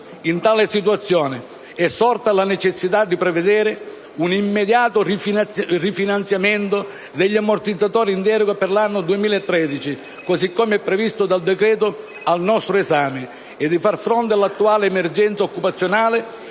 In tale situazione è sorta la necessità di prevedere un immediato rifinanziamento degli ammortizzatori in deroga per l'anno 2013, così come è previsto dal decreto al nostro esame, e di far fronte all'attuale emergenza occupazionale,